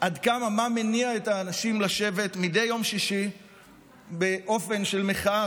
מה מניע את האנשים לשבת מדי יום שישי באופן של מחאה,